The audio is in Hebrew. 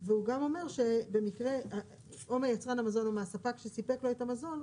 והוא גם אומר או מיצרן המזון שסיפק לו את המזון,